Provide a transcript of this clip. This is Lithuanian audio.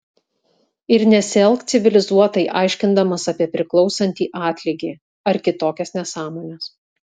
ir nesielk civilizuotai aiškindamas apie priklausantį atlygį ar kitokias nesąmones